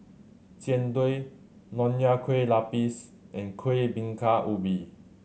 Jian Dui Nonya Kueh Lapis and Kueh Bingka Ubi